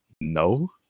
no